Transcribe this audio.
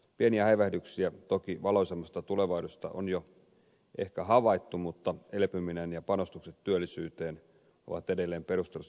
pieniä häivähdyksiä toki valoisammasta tulevaisuudesta on jo ehkä havaittu mutta elpyminen ja panostukset työllisyyteen ovat edelleen perustellusti budjetin pääpainopisteenä